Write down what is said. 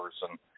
person